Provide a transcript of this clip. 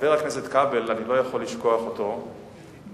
חבר הכנסת כבל, אני לא יכול לשכוח אותו מכיוון